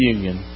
Union